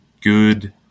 good